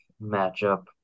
matchup